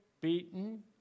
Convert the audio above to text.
beaten